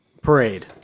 Parade